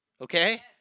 Okay